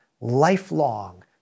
lifelong